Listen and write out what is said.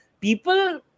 People